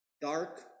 dark